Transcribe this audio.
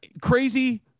Crazy